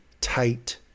tight